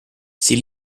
sie